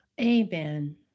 Amen